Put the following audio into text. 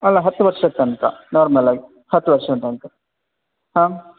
ಅಲ್ಲ ಹತ್ತು ವರ್ಷದ ತನಕ ನಾರ್ಮಲ್ ಹತ್ತು ವರ್ಷದ ತನಕ ಹಾಂ